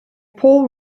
paul